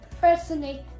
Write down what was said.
personally